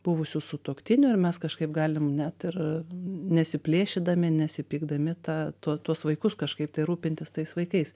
buvusių sutuoktinių ir mes kažkaip galim net ir nesiplėšydami nesipykdami tą tuo tuos vaikus kažkaip tai rūpintis tais vaikais